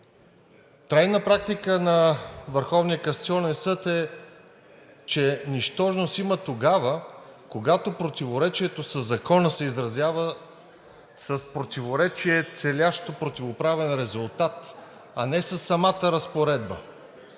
касационен съд е, че нищожност има тогава, когато противоречието със закона се изразява с противоречие, целящо противоправен резултат, а не със самата разпоредба.